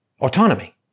Autonomy